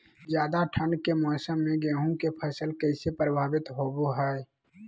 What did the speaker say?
ज्यादा ठंड के मौसम में गेहूं के फसल कैसे प्रभावित होबो हय?